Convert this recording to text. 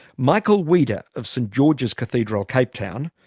michael weeder, of st george's cathedral cape town,